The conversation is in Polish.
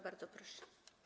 Bardzo proszę.